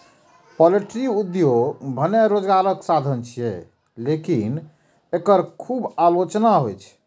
poultry उद्योग भने रोजगारक साधन छियै, लेकिन एकर खूब आलोचना होइ छै